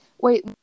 Wait